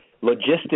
logistics